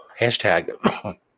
hashtag